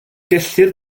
gellir